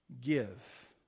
give